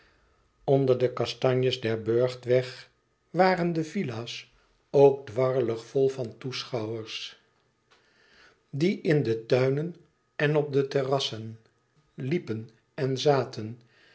onder de kastanjes aan den burchtweg waren de villa's ook dwarrelig vol van toeschouwers die in de tuinen en op de terrassen liepen en zaten